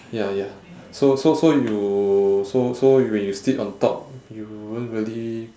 ya ya so so so you so so y~ when you sleep on top you won't really